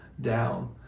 down